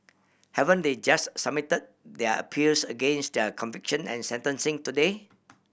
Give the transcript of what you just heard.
haven't they just submit their appeals against their conviction and sentencing today